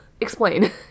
Explain